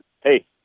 hey